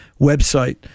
website